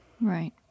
Right